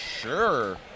sure